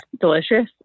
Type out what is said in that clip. Delicious